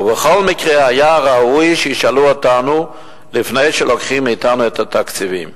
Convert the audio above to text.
ובכל מקרה היה ראוי שישאלו אותנו לפני שלוקחים מאתנו את התקציבים.